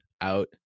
out